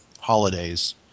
holidays